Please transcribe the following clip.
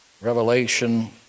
revelation